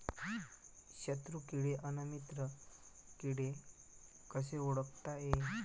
शत्रु किडे अन मित्र किडे कसे ओळखता येईन?